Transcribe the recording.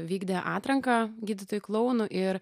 vykdė atranką gydytojų klounų ir